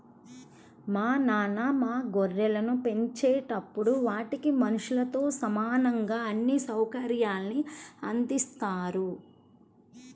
మా నాన్న మా గొర్రెలను పెంచేటప్పుడు వాటికి మనుషులతో సమానంగా అన్ని సౌకర్యాల్ని అందిత్తారు